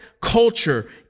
culture